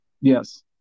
Yes